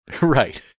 right